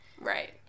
Right